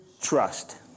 trust